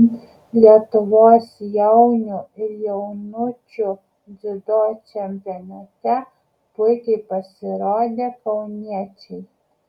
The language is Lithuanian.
lietuvos jaunių ir jaunučių dziudo čempionate puikiai pasirodė kauniečiai